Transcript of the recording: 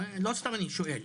לא סתם אני שואל,